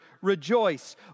rejoice